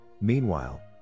meanwhile